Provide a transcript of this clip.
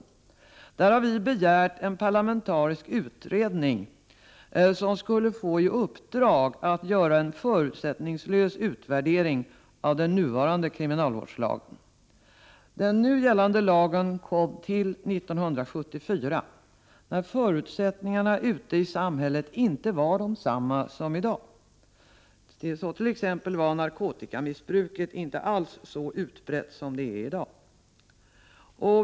I den begär vi att en parlamentarisk utredning får i uppdrag att göra en förutsättningslös utvärdering av den nuvarande kriminalvårdslagen. Den nu gällande lagen tillkom 1974 när förutsättningarna ute i samhället inte var desamma som i dag. Narkotikamissbruket t.ex. var då inte alls så utbrett som i dag.